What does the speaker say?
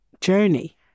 journey